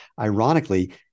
ironically